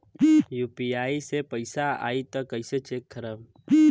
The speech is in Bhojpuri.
यू.पी.आई से पैसा आई त कइसे चेक खरब?